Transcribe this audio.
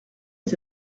est